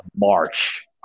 March